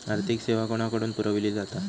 आर्थिक सेवा कोणाकडन पुरविली जाता?